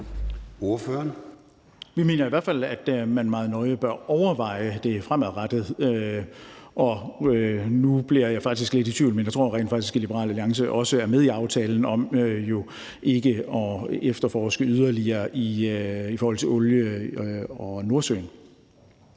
Bach (LA): Vi mener i hvert fald, at man meget nøje bør overveje det fremadrettet. Og nu bliver jeg faktisk lidt i tvivl, men jeg tror rent faktisk, at Liberal Alliance også er med i aftalen om ikke at efterforske yderligere i forhold til olie i Nordsøen.